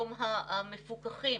השאלה,